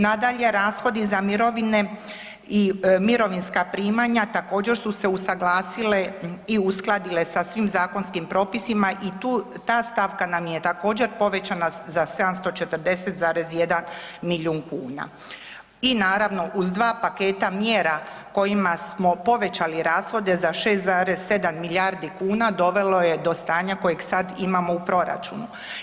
Nadalje, rashodi za mirovine i mirovinska primanja također su se usuglasile i uskladile sa svim zakonskim propisima i ta stavka nam je također povećana za 740,1 milijun kuna i naravno uz dva paketa mjera kojima smo povećali rashode za 6,7 milijardi kuna dovelo je do stanja kojeg sad imamo u proračunu.